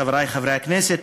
חברי חברי הכנסת,